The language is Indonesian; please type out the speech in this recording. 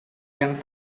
yang